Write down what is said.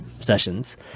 sessions